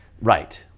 Right